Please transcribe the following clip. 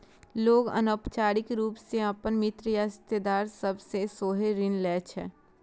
लोग अनौपचारिक रूप सं अपन मित्र या रिश्तेदार सभ सं सेहो ऋण लै छै